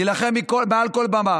נילחם מעל כל במה